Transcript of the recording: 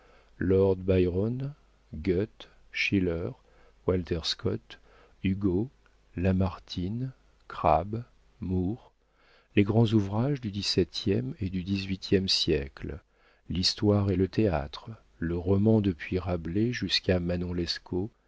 lord byron goethe schiller walter scott hugo lamartine crabbe moore les grands ouvrages du dix-septième et du dix-huitième siècles l'histoire et le théâtre le roman depuis rabelais jusqu'à manon lescaut